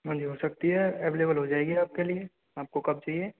हाँ जी हो सकती है अवेलेबल हो जाएगी आपके लिए आपको कब चाहिए